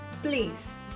Please